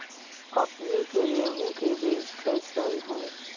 अपने के गेहूं के बीज कैसन है?